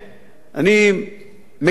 אני מקווה מאוד,